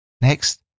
Next